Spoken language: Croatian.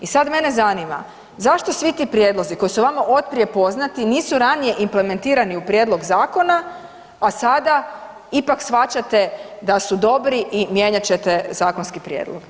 I sada mene zanima zašto svi ti prijedlozi koji su vama od prije poznati nisu ranije implementirani u Prijedlog zakona, a sada ipak shvaćate da su dobri i mijenjat ćete zakonski prijedlog?